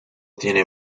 tiene